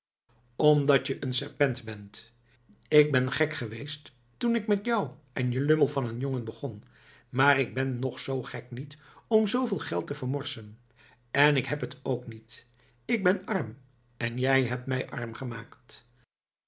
omdat je een serpent bent ik ben gek geweest toen ik met jou en je lummel van een jongen begon maar ik ben nog z gek niet om zooveel geld te vermorsen en ik heb het ook niet k ben arm jij hebt mij arm gemaakt